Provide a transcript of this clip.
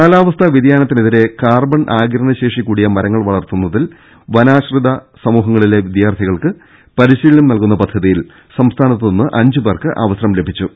കാലാവസ്ഥാ വ്യതിയാനത്തിനെതിരെ കാർബൺ ആഗിരണ ശേഷി കൂടിയ മരങ്ങൾ വളർത്തുന്നതിൽ വനാശ്രിത സമൂഹങ്ങ ളിലെ വിദ്യാർഥികൾക്ക് പരിശീലനം നൽകുന്ന പദ്ധതിയിൽ സംസ്ഥാനത്ത് നിന്ന് അഞ്ച് പേർക്ക് അവസരം ലഭിച്ചു